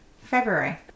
February